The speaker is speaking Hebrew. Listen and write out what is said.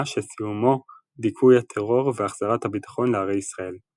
שסיומו דיכוי הטרור והחזרת הביטחון לערי ישראל.